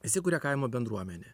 įsikuria kaimo bendruomenė